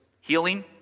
Healing